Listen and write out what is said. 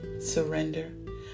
surrender